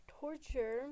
torture